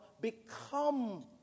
become